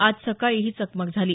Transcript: आज सकाळी ही चकमक झाली